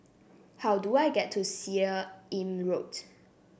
how do I get to Seah Im Road